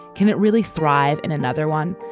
can it really thrive in another one.